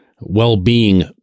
well-being